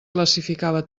classificava